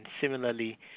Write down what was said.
similarly